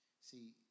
See